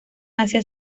asia